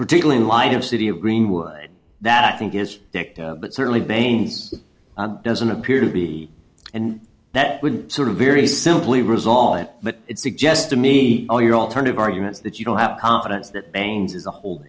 particularly in light of city of greenwood that i think is addictive but certainly bain's doesn't appear to be and that would sort of very simply resolve it but it suggests to me all your alternative arguments that you don't have confidence that pains is a whole